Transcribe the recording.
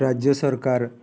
ରାଜ୍ୟ ସରକାର